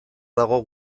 dago